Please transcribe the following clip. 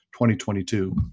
2022